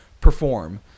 perform